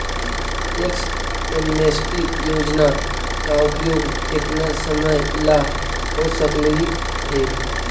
tax amnesty योजना का उपयोग केतना समयला हो सकलई हे